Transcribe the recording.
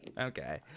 Okay